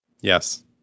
Yes